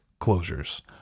closures